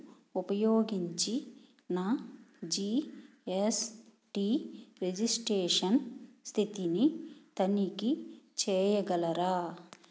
ఉపయోగించి నా GST registration స్థితిని తనిఖీ చేయగలరా